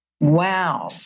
Wow